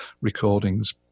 recordings